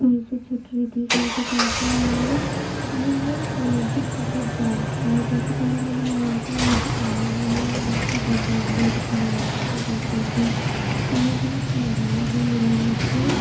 کہیں سے چھٹ رہی تھی کہیں سے کیسے اور لہنگا کا کلر بھی بہت ڈارک تھا جیسا کلر میں نے منگوایا تھا ویسا آیا بھی نہیں اور اس کا ڈیزائن بھی اچھا نہیں لگ رہا تھا بالکل بھی اور یہ بہت مہنگا بھی ملا مجھے